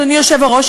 אדוני היושב-ראש,